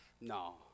No